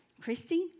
Christy